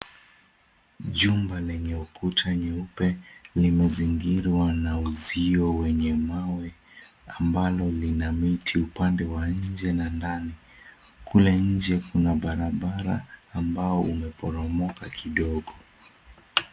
Jumba lenye ukuta nyeupe limezingirwa na uzio wenye mawe ambalo lina miti upande wa nje na ndani. Kule nje, kuna barabara ambao umeporomoka kidogo.